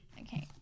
Okay